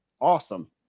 Awesome